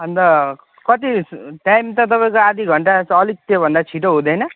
अन्त कति टाइम त तपाईँको आदि घन्टा जस्तो अलिक त्योभन्दा छिटो हुँदैन